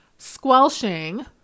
squelching